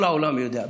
כל העולם יודע.